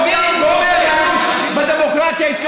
ולומר שיש פה פוטש נגד ראש הממשלה,